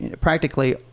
practically